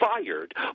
fired